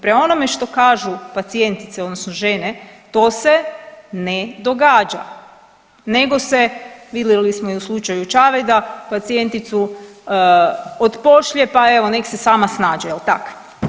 Prema onome što kažu pacijentice odnosno žene to se ne događa, nego se vidjeli smo i u slučaju Čavajda pacijenticu otpošlje pa evo nek se sama snađe, jel tak.